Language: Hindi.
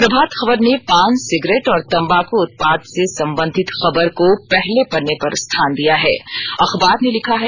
प्रभात खबर ने पान सिगरेट और तम्बाकू उत्पाद से संबंधित खबर को पहले पन्ने पर स्थान दिया है